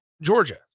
Georgia